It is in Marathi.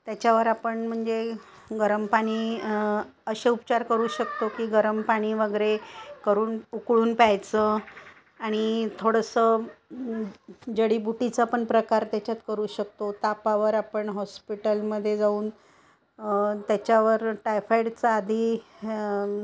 त्याच्यावर आपण म्हणजे गरम पाणी असे उपचार करू शकतो की गरम पाणी वगैरे करून उकळून प्यायचं आणि थोडंसं जडीबुटीचा पण प्रकार त्याच्यात करू शकतो तापावर आपण हॉस्पिटलमध्ये जाऊन त्याच्यावर टायफॉईडचा आधी